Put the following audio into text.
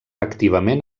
activament